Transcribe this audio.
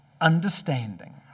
Understanding